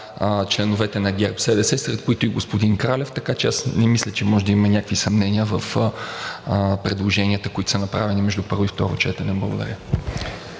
членовете на ГЕРБ-СДС, сред които и господин Кралев. Така че аз не мисля, че може да има някакви съмнения в предложенията, направени между първо и второ четене. Благодаря.